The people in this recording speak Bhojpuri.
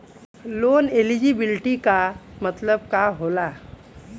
लोन एलिजिबिलिटी का मतलब का होला?